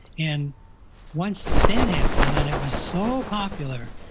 and once that happened, and it was so popular,